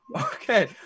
Okay